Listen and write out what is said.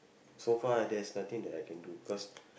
so far there's nothing that I can do cause